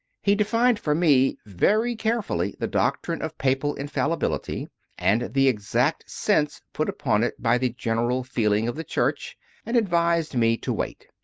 he defined for me very carefully the doctrine of papal infallibility and the exact sense put upon it by the general feeling of the church and advised me to wait.